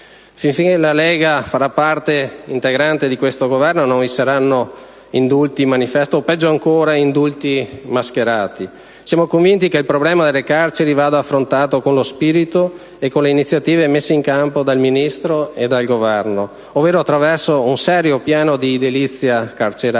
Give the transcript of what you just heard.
Finché la Lega farà parte integrante di questo Governo, non vi saranno indulti-manifesto o, peggio ancora, indulti mascherati. Siamo convinti che il problema delle carceri vada affrontato con lo spirito e con le iniziative messe in campo dal Ministro e dal Governo, ovvero attraverso un serio piano di edilizia carceraria